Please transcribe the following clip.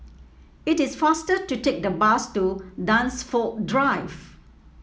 it is faster to take the bus to Dunsfold Drive